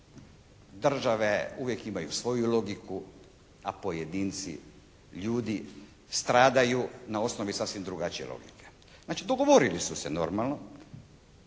države uvijek imaju svoju logiku a pojedinci, ljudi stradaju na osnovi sasvim drugačije logike. Znači, dogovorili su se normalno